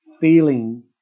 feeling